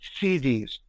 cds